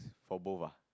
for both ah